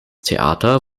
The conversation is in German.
theater